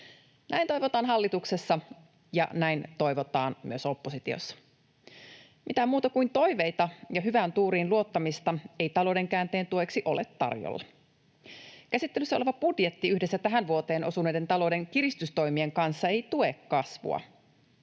Näin toivotaan hallituksessa ja näin toivotaan myös oppositiossa. Mitään muuta kuin toiveita ja hyvään tuuriin luottamista ei talouden käänteen tueksi ole tarjolla. Käsittelyssä oleva budjetti yhdessä tähän vuoteen osuneiden talouden kiristystoimien kanssa ei tue kasvua.